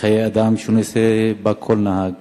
לחיי אדם שנושא בה כל נהג